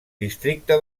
districte